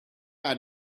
and